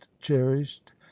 cherished